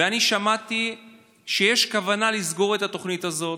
ואני שמעתי שיש כוונה לסגור את התוכנית הזאת.